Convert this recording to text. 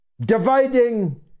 Dividing